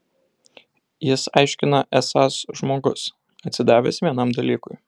jis aiškina esąs žmogus atsidavęs vienam dalykui